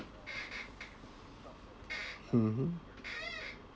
mmhmm